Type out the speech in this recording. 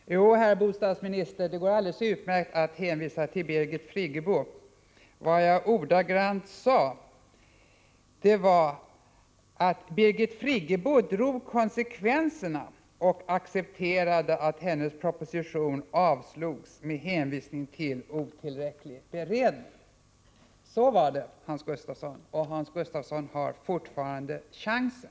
Herr talman! Jo, herr bostadsminister, det går alldeles utmärkt att hänvisa till Birgit Friggebo. Vad jag tidigare sade var: Birgit Friggebo drog konsekvenserna och accepterade att hennes proposition avslogs med hänvisning till otillräcklig beredning. Så var det, Hans Gustafsson. Och bostadsministern har fortfarande chansen.